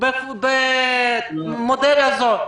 במודל הזה.